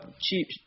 cheap